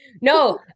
No